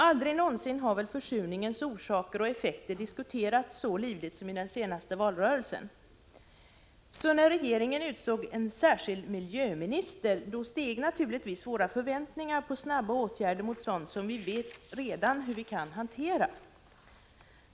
Aldrig någonsin har väl försurningens orsaker och effekter diskuterats så livligt som i den senaste valrörelsen. När regeringen utsåg en särskild miljöminister steg naturligtvis våra förväntningar på snabba åtgärder mot sådant som vi redan vet hur vi kan hantera.